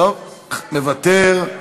טוב, מוותר.